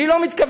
אני לא מתכוון,